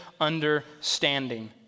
understanding